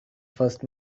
first